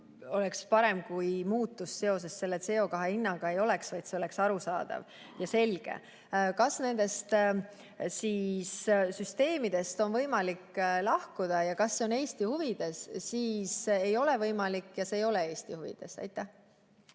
Oleks parem, kui CO2hinna muutust ei oleks, vaid see oleks arusaadav ja selge. Kas nendest süsteemidest on võimalik lahkuda ja kas see on Eesti huvides? Ei ole võimalik ja see ei ole Eesti huvides. Aitäh!